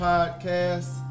Podcast